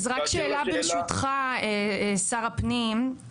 אז רק שאלה ברשותך שר הפנים,